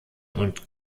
und